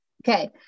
Okay